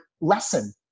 lesson